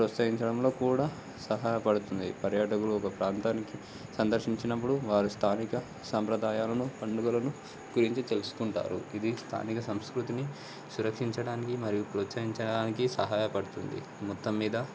ప్రోత్సహించడంలో కూడా సహాయపడుతుంది పర్యాటకులు ఒక ప్రాంతానికి సందర్శించినప్పుడు వారు స్థానిక సాంప్రదాయాలను పండగలను గురించి తెలుసుకుంటారు ఇది స్థానిక సంస్కృతిని సురక్షించడానికి మరియు ప్రోత్సహించడానికి సహాయపడుతుంది మొత్తం మీద